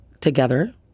together